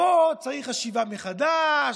פה צריך חשיבה מחדש,